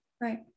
Right